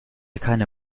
keine